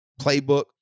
playbook